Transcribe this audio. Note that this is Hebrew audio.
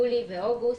יולי ואוגוסט,